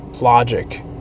logic